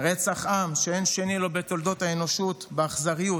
רצח עם שאין שני לו בתולדות האנושות באכזריות,